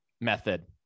method